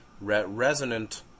resonant